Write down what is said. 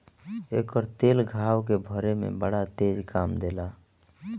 एकर तेल घाव के भरे में बड़ा तेज काम देला